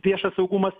viešas saugumas